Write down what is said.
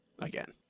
Again